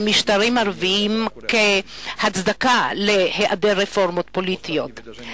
משטרים ערביים כהצדקה להיעדר רפורמות פוליטיות.